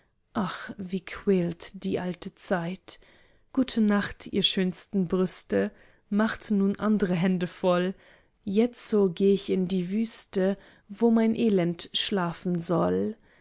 ach wie quält die alte zeit gute nacht ihr schönsten brüste macht nun andre hände voll jetzo geh ich in die wüste wo mein elend schlafen soll